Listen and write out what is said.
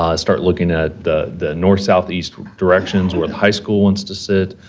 ah started looking at the the north southeast directions where the high school wants to sit,